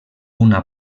una